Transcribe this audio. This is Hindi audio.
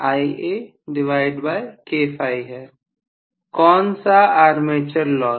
प्रोफेसर कौन सा आर्मेचर लॉस